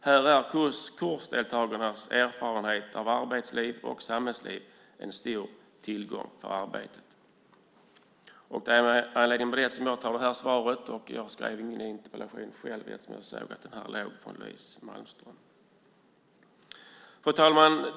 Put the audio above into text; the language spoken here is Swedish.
Här är kursdeltagarnas erfarenhet av arbets och samhällsliv en stor tillgång för arbetet." Det är av den anledningen som jag tar emot svaret. Jag skrev inte själv någon interpellation, eftersom jag såg att Louise Malmström hade ställt den här. Fru talman!